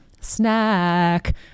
snack